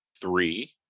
three